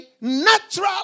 natural